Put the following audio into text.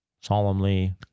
solemnly